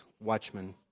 watchmen